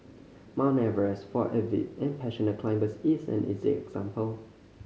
Mount Everest for avid and passionate climbers is an easy example